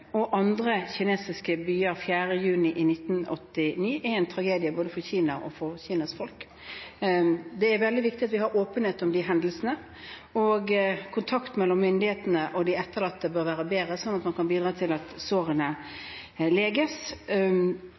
og andre kinesiske byer 4. juni 1989, er en tragedie både for Kina og for Kinas folk. Det er veldig viktig at vi har åpenhet om de hendelsene. Kontakten mellom myndighetene og de etterlatte bør være bedre, slik at man kan bidra til at sårene leges.